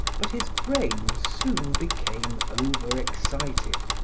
but his brain soon became over-excited.